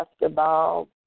basketball